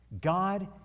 God